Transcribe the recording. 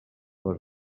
les